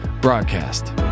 broadcast